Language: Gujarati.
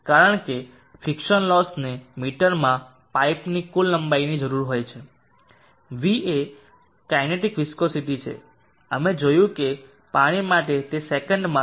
કારણ કે ફિક્સન લોસને મીટરમાં પાઇપની કુલ લંબાઈની જરૂર હોય છે v એ કાઇનેટિક વિસ્કોસીટી છે અમે જોયું કે પાણી માટે તે સેકન્ડમાં 0